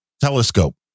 telescope